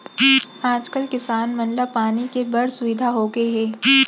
आज कल किसान मन ला पानी के बड़ सुबिधा होगे हे